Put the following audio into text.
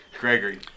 Gregory